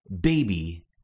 baby